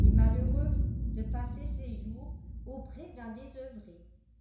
et malheureuse de passer ses jours auprès d'un désoeuvré